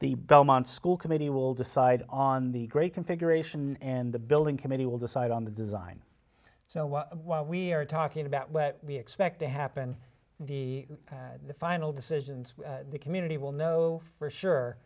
the belmont school committee will decide on the great configuration and the building committee will decide on the design so what we're talking about what we expect to happen in the final decisions the community will know for sure